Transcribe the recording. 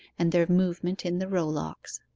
and their movement in the rowlocks.